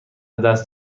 دست